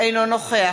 אינו נוכח